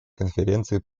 конференции